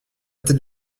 tête